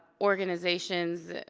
organizations,